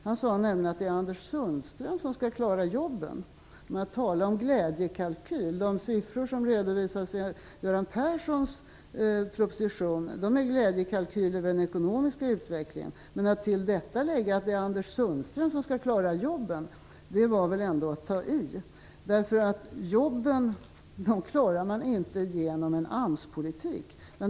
Han sade nämligen att det är Anders Sundström som skall klara jobben. Tala om glädjekalkyl! De siffror som redovisas i Göran Perssons proposition är en glädjekalkyl över den ekonomiska utvecklingen, men att till detta lägga att det är Anders Sundström som skall klara jobben var väl ändå att ta i. Jobben klarar man inte genom en AMS-politik.